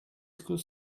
school